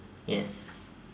yes